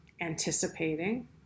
anticipating